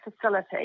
facility